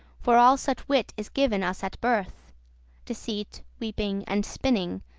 for all such wit is given us at birth deceit, weeping, and spinning,